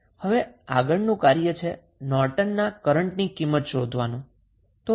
હવે આગળનું કાર્ય નોર્ટનના કરંટની કિંમત શોધવાનું છે